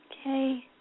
Okay